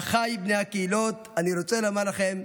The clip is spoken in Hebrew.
ואחיי בני הקהילות, אני רוצה לומר לכם: